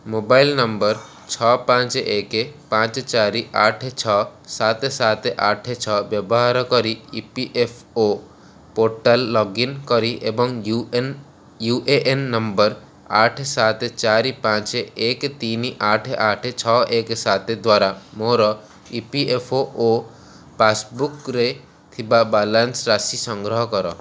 mobile number ଛଅ ପାଞ୍ଚ ଏକ ପାଞ୍ଚ ଚାରି ଆଠ ଛଅ ସାତ ସାତ ଆଠ ଛଅ ବ୍ୟବହାର କରି E P F O portal login କରି ଏବଂ U N U A N number ଆଠ ସାତ ଚାରି ପାଞ୍ଚ ଚାରି ଏକ ତିନି ଆଠ ଆଠ ଛଅ ଏକ ସାତ ଦ୍ଵାରା ମୋର ଇ ପି ଏଫ୍ ଓ ପାସ୍ବୁକ୍ରେ ଥିବା ବାଲାନ୍ସ୍ ରାଶି ସଂଗ୍ରହ କର